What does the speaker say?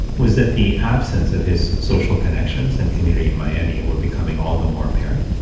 was that the absence of his social connections and community in miami were becoming all the more apparent.